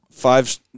five